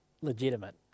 legitimate